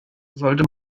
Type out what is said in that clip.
sollte